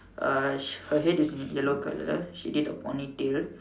uh her head is in yellow colour she did a pony tail